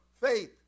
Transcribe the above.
faith